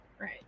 Right